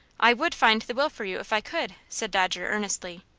i would find the will for you if i could, said dodger, earnestly.